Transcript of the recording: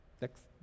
Next